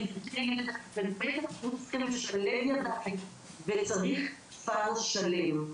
צריך לשלב ידיים וצריך כפר שלם.